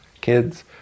kids